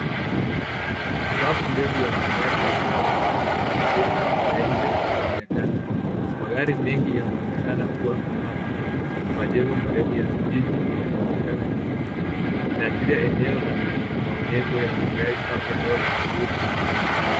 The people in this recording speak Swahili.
Safu ndefu ya magari yaliyopangwa kwenye maegesho ya nje inaonekana. Magari mengi yanaonekena kuwa mapya na majengo marefu ya jiji yanaonekana nyuma. Inaashiria eneo la maonyesho ya magari au eneo la kuuza magari.